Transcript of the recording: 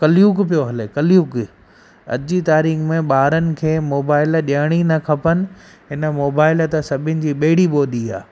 कलयुग पियो हले कलयुग अॼु जी तारीख़ में ॿारनि खे मोबाइल ॾियण ई न खपनि हिन मोबाइल त सभिनि जी ॿेड़ी ॿोड़ी आहे